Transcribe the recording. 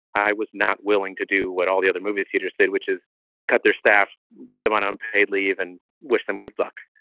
i was not willing to do what all the other movie theaters said, which is cut their staff, put them on unpaid leave and wish them good luck.